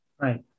Right